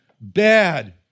bad